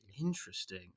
Interesting